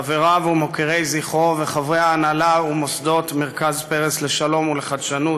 חבריו ומוקירי זכרו וחברי ההנהלה ומוסדות מרכז פרס לשלום ולחדשנות,